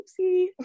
oopsie